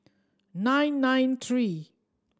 nine nine three